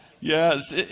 yes